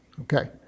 Okay